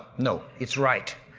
no, it's right.